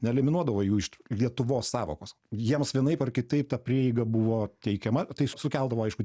neeliminuodavo jų iš lietuvos sąvokos jiems vienaip ar kitaip ta prieiga buvo teikiama tai sukeldavo aišku